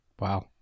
Wow